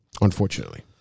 unfortunately